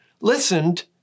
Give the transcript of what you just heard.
listened